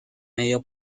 medio